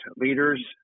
leaders